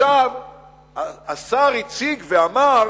השר הציג ואמר